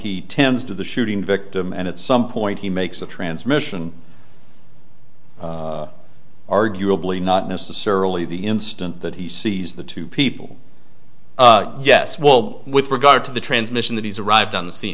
he tends to the shooting victim and at some point he makes a transmission arguably not necessarily the instant that he sees the two people yes well with regard to the transmission that he's arrived on